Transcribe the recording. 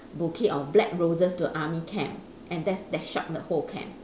bouquet of black roses to army camp and that's that shocked the whole camp